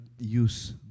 use